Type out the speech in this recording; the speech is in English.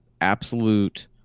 absolute